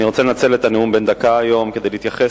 אני רוצה לנצל את הנאום בן הדקה היום כדי להתייחס